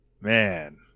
Man